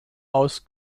aus